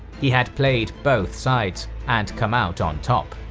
he had played both sides, and come out on top.